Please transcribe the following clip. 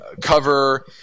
cover